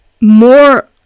more